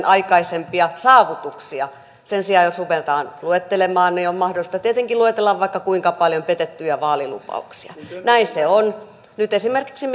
aikaisempia saavutuksia sen sijaan jos ruvetaan luettelemaan on mahdollista tietenkin luetella vaikka kuinka paljon petettyjä vaalilupauksia näin se on nyt esimerkiksi